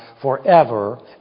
forever